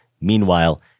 Meanwhile